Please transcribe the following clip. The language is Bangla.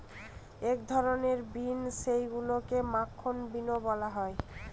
এক ধরনের বিন যেইগুলাকে মাখন বিনও বলা হয়